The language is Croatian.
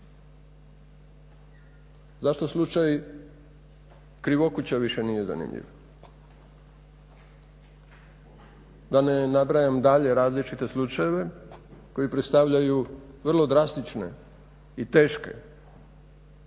zašto slučaj Krivokuća više nije zanimljiv, da ne nabrajam dalje različite slučajeve koji predstavljaju vrlo drastične i teške oblike